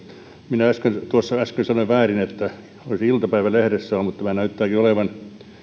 minä tuossa äsken sanoin väärin että olisi iltapäivälehdessä ollut mutta näyttääkin olevan